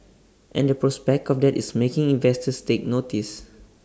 and the prospect of that is making investors take notice